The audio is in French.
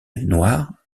noir